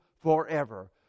forever